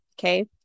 okay